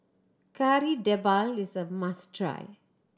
Kari Debal is a must try